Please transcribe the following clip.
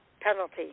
penalty